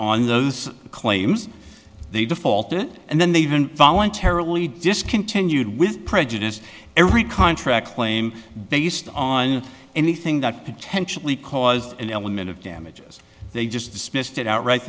on those claims they defaulted and then they even voluntarily discontinued with prejudice every contract claim based on anything that potentially cause an element of damages they just dismissed it outright